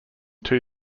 two